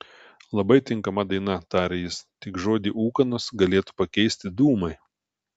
labai tinkama daina tarė jis tik žodį ūkanos galėtų pakeisti dūmai